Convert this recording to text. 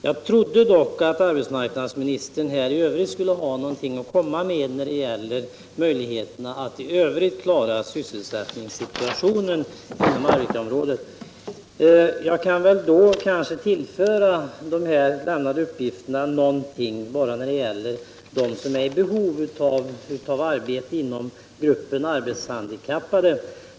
Jag trodde dock att arbetsmarknadsministern skulle ha något ytterligare att komma med när det gäller möjligheterna att i övrigt klara sysselsättningssituationen inom Arvikaområdet. Låt mig bara till de lämnade uppgifterna lägga några som avser personer inom gruppen arbetshandikappade som är i behov av sysselsättning.